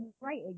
Right